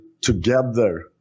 together